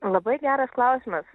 labai geras klausimas